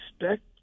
expect